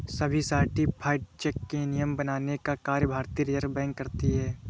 सभी certified cheque के नियम बनाने का कार्य भारतीय रिज़र्व बैंक करती है